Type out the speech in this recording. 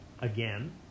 again